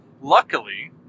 Luckily